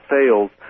sales